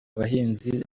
abahinzi